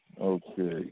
Okay